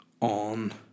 on